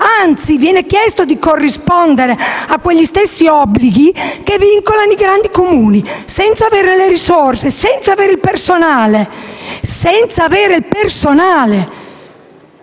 anzi, viene chiesto di corrispondere agli stessi obblighi che vincolano i grandi Comuni, senza avere le risorse né il personale.